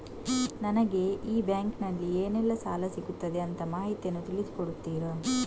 ನನಗೆ ಈ ಬ್ಯಾಂಕಿನಲ್ಲಿ ಏನೆಲ್ಲಾ ಸಾಲ ಸಿಗುತ್ತದೆ ಅಂತ ಮಾಹಿತಿಯನ್ನು ತಿಳಿಸಿ ಕೊಡುತ್ತೀರಾ?